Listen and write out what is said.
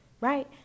right